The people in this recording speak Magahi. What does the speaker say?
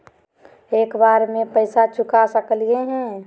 एक बार में पैसा चुका सकालिए है?